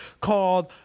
called